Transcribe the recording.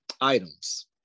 items